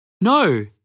No